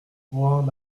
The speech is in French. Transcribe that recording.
voir